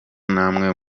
namwe